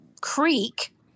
creek